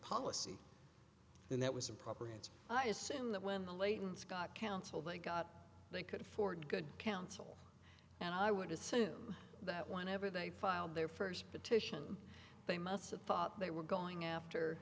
policy then that was a proper answer i assume that when the latents got counsel they got they could afford good counsel and i would assume that whenever they filed their first petition they must have thought they were going after